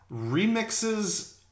remixes